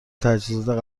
تجهیزات